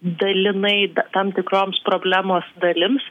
dalinai tam tikroms problemos dalims